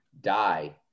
die